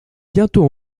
bientôt